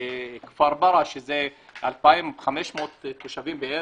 --- כפר ברא, שזה 2,500 תושבים בערך,